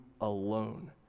alone